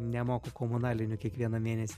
nemoku komunalinių kiekvieną mėnesį